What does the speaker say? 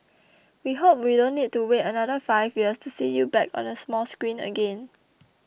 we hope we don't need to wait another five years to see you back on the small screen again